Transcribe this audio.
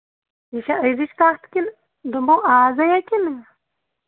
یہِ چھا أزِچ کَتھ کِنہٕ دوٚپمو آزے یا کِنہٕ